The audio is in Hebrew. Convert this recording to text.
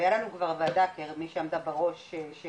היה לנו כבר וועדה כי הרי מי שעמדה בראש של